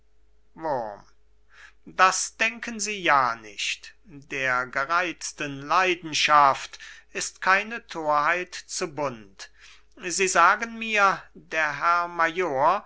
das denken sie ja nicht der gereizten leidenschaft ist keine thorheit zu bunt sie sagen mir der herr